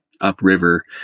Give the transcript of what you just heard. upriver